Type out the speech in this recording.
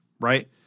right